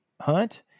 hunt